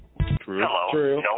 Hello